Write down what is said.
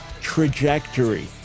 trajectory